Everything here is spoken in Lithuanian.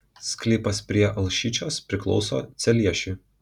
sklypas prie alšyčios priklauso celiešiui